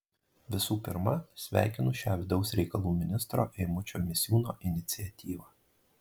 visų pirma sveikinu šią vidaus reikalų ministro eimučio misiūno iniciatyvą